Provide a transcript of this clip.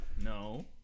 No